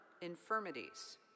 infirmities